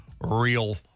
real